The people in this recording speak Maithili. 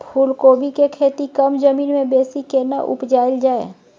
फूलकोबी के खेती कम जमीन मे बेसी केना उपजायल जाय?